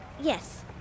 Yes